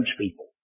people